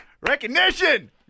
Recognition